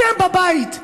אתם בבית,